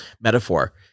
metaphor